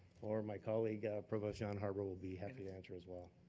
or my colleague, provost jan har will be happy to answer as well.